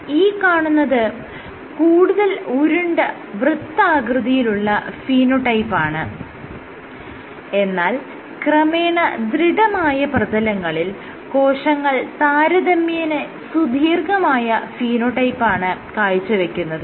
ഈ കാണുന്നത് കൂടുതൽ ഉരുണ്ട വൃത്താകൃതിയിലുള്ള ഫീനോടൈപ്പ് ആണ് എന്നാൽ ക്രമേണ ദൃഢമായ പ്രതലങ്ങളിൽ കോശങ്ങൾ താരതമ്യേന സുദീർഘമായ ഫിനോടൈപ്പാണ് കാഴ്ചവെക്കുന്നത്